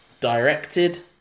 directed